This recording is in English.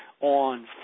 on